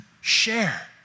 share